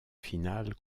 finale